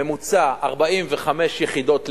ממוצע 45 יחידות לדונם,